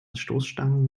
stoßstangen